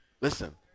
Listen